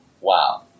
Wow